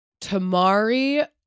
tamari